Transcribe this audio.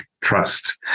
trust